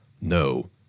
No